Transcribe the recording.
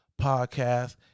podcast